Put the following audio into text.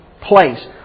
place